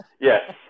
Yes